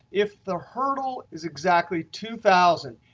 if the hurdle is exactly two thousand